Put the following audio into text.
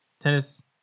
tennis